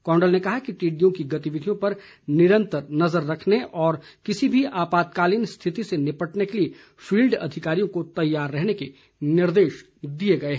कौंडल ने कहा कि टिड्डियों की गतिविधियों पर निरंतर नजर रखने और किसी भी आपातकालीन स्थिति से निपटने के लिए फील्ड अधिकारियों को तैयार रहने के निर्देश दिए गए हैं